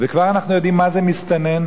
וכבר אנחנו יודעים מה זה מסתנן.